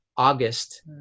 August